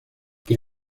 che